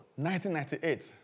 1998